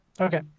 Okay